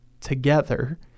together